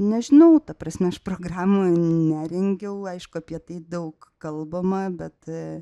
nežinau ta prasme aš programų nerengiau aišku apie tai daug kalbama bet